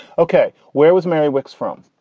ok, where was mary wicks from?